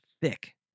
thick